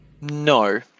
No